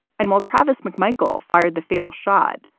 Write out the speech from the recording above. and while travis mcmichael fired the fatal shot,